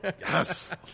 yes